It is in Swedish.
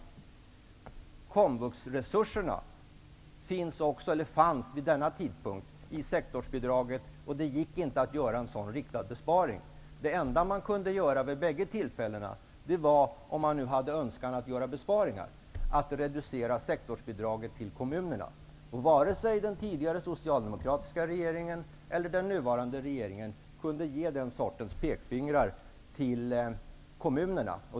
Även komvuxresurserna fanns vid denna tidpunkt i sektorsbidraget. Det enda man kunde göra vid bägge tillfällena var, om man nu hade en önskan att göra besparingar, att reducera sektorsbidraget till kommunerna. Varken den tidigare socialdemokratiska regeringen eller den nuvarande regeringen kunde ge den sortens pekpinnar till kommunerna.